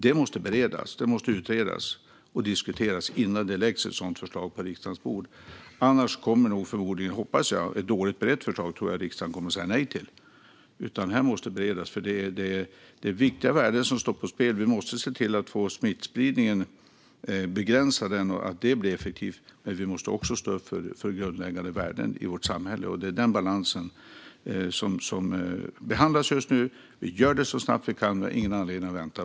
Det måste utredas, beredas och diskuteras innan ett förslag läggs på riksdagens bord. Ett dåligt berett förslag tror och hoppas jag att riksdagen säger nej till, så detta bereds noga. Det är viktiga värden som står på spel. Det är viktigt att effektivt begränsa smittspridningen, men vi måste också stå upp för grundläggande värden i samhället. Det är denna balans som behandlas just nu. Vi gör det så snabbt vi kan, för vi har ingen anledning att vänta.